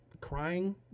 crying